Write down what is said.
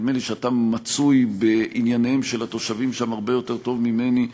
נדמה לי שאתה מצוי בענייניהם של התושבים שם הרבה יותר טוב ממני,